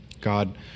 God